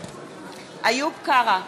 איוב קרא,